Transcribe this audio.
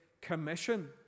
commission